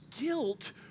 guilt